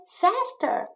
faster